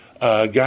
guys